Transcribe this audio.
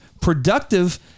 Productive